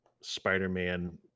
spider-man